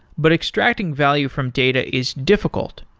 but extracting value from data is difficult,